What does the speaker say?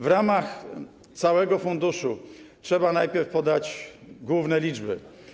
W ramach całego funduszu trzeba najpierw podać główne liczby.